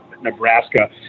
Nebraska